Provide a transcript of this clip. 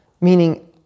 meaning